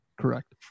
correct